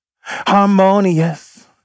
harmonious